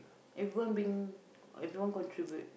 everyone being everyone contribute